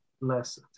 less